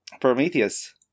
Prometheus